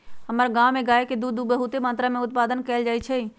हमर गांव में गाय के दूध बहुते मत्रा में उत्पादन कएल जाइ छइ